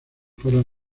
fueron